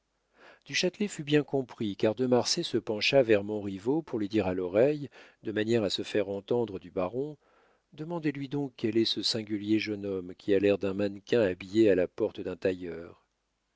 du châtelet fut bien compris car de marsay se pencha vers montriveau pour lui dire à l'oreille de manière à se faire entendre du baron demandez-lui donc quel est ce singulier jeune homme qui a l'air d'un mannequin habillé à la porte d'un tailleur